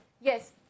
Yes